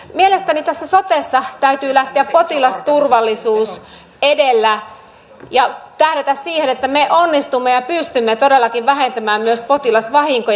mielestäni tässä sotessa täytyy lähteä potilasturvallisuus edellä ja tähdätä siihen että me onnistumme ja pystymme todellakin vähentämään myös potilasvahinkoja